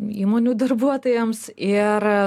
įmonių darbuotojams ir